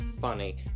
funny